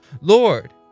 Lord